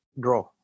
draw